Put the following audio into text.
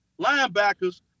linebackers